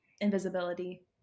Invisibility